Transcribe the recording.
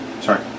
Sorry